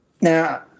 Now